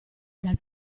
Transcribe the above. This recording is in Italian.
dal